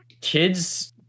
kids